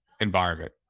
environment